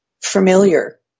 familiar